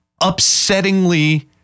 upsettingly